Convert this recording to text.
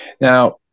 Now